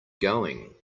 going